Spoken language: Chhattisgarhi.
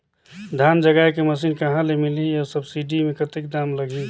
धान जगाय के मशीन कहा ले मिलही अउ सब्सिडी मे कतेक दाम लगही?